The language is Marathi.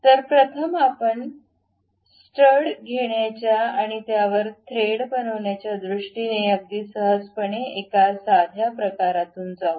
तर प्रथम आपण स्टड घेण्याच्या आणि त्यावर थ्रेड बनवण्याच्या दृष्टीने अगदी सहजपणे एका साध्या प्रकारातून जाऊ